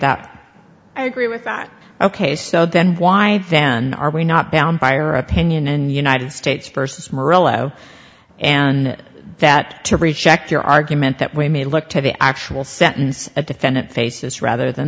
that i agree with that ok so then why then are we not bound by our opinion and united states versus morello and that to reject your argument that we may look to the actual sentence a defendant faces rather than